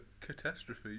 catastrophe